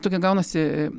tokie gaunasi